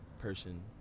person